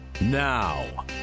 Now